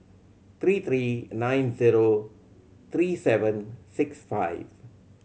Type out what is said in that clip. three three nine zero three seven six five